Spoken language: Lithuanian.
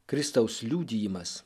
kristaus liudijimas